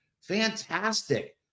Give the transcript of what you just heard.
Fantastic